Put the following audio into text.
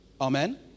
Amen